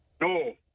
No